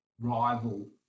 rival